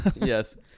yes